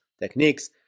techniques